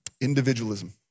individualism